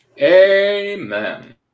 Amen